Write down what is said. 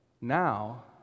Now